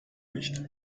nicht